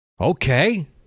Okay